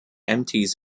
empties